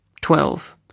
Twelve